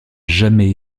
jamais